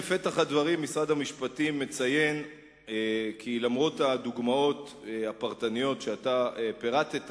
בפתח הדברים משרד המשפטים מציין כי למרות הדוגמאות הפרטניות שאתה פירטת,